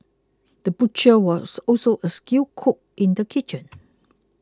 the butcher was also a skilled cook in the kitchen